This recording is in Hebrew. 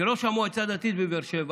כראש המועצה הדתית בבאר שבע